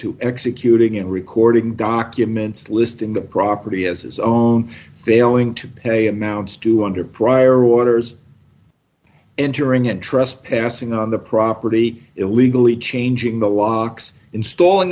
to executing and recording documents listing the property as his own failing to pay amounts to under prior orders entering and trespassing on the property illegally changing the locks installing